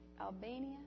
Albania